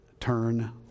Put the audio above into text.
Turn